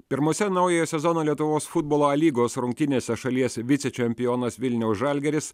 pirmose naujojo sezono lietuvos futbolo a lygos rungtynėse šalies vicečempionas vilniaus žalgiris